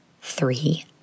three